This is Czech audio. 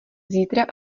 zítra